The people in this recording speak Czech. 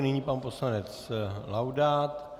Nyní pan poslanec Laudát.